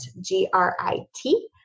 G-R-I-T